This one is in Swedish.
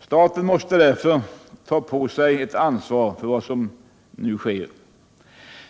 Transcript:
Staten måste därför ta på sig ett ansvar för vad som sker.